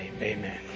Amen